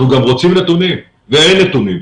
אנחנו גם רוצים נתונים אבל אין נתונים.